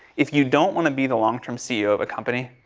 if you don't want to be the long-term ceo of a company,